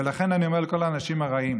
ולכן אני אומר לכל האנשים הרעים,